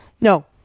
No